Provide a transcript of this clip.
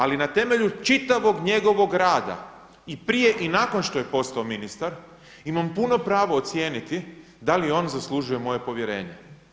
Ali na temelju čitavog njegovog rada i prije i nakon što je postao ministar imam puno pravo ocijeniti da li on zaslužuje moje povjerenje.